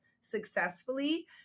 successfully